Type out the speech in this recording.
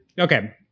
okay